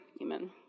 Amen